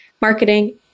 marketing